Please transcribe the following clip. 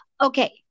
Okay